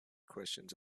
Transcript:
questions